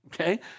Okay